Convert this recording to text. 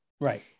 right